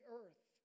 earth